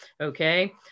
okay